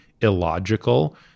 illogical